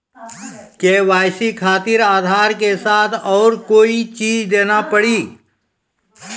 KYC खातिर आधार के साथ औरों कोई चीज देना पड़ी?